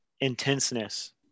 intenseness